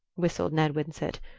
whistled ned winsett.